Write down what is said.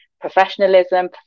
professionalism